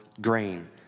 grain